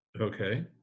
Okay